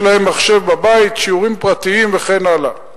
יש להם מחשב בבית, שיעורים פרטיים וכן הלאה.